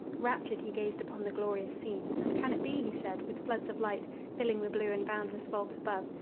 raptured he gazed upon the glorious scene. and can it be, he said, with floods of light filling the blue and boundless vault above,